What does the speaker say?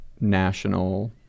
national